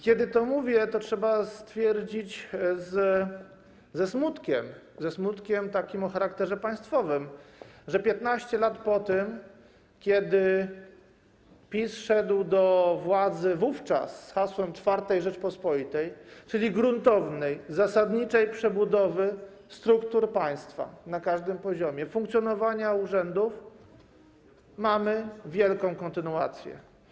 Kiedy to mówię, to trzeba stwierdzić z takim smutkiem o charakterze państwowym, że 15 lat po tym, kiedy PiS szedł do władzy, wówczas z hasłem IV Rzeczypospolitej, czyli gruntownej, zasadniczej przebudowy struktur państwa na każdym poziomie funkcjonowania urzędów, mamy wielką kontynuację.